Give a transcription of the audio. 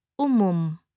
Umum